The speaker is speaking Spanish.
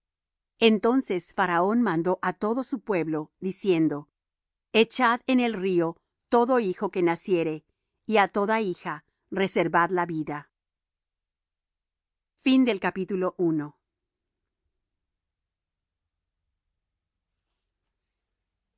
entonces faraón mandó á todo su pueblo diciendo echad en el río todo hijo que naciere y á toda hija reservad la vida un